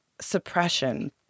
suppression